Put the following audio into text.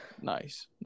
Nice